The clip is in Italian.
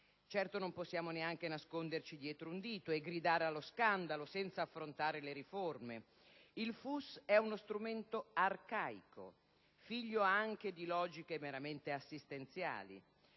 Certo, non possiamo neanche nasconderci dietro un dito e gridare allo scandalo senza affrontare le riforme. Il FUS è uno strumento arcaico, figlio anche di logiche meramente assistenziali,